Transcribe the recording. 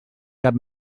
cap